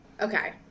Okay